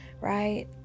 right